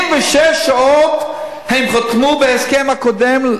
על 26 שעות הם חתמו בהסכם הקודם,